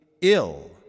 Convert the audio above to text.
ill